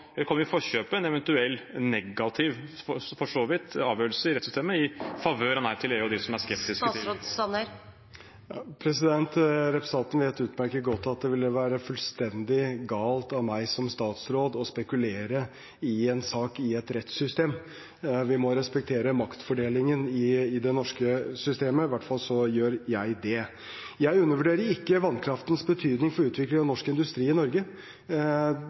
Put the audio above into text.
en eventuell og for så vidt negativ avgjørelse i rettssystemet, i favør av Nei til EU og de som er skeptisk til overføring, i forkjøpet? Representanten vet utmerket godt at det ville være fullstendig galt av meg som statsråd å spekulere om en sak i et rettssystem. Vi må respektere maktfordelingen i det norske systemet. I hvert fall gjør jeg det. Jeg undervurderer ikke vannkraftens betydning for utvikling av norsk industri i Norge.